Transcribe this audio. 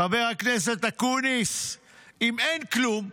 חבר הכנסת אקוניס: "אם אין כלום,